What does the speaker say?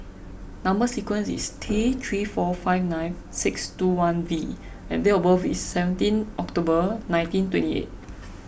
Number Sequence is T three four five nine six two one V and date of birth is seventeen October nineteen twenty eight